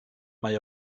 mae